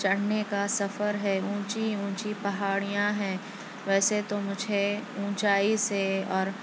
چڑھنے کا سفر ہے اُونچی اُونچی پہاڑیاں ہیں ویسے تو مجھے اونچائی سے اور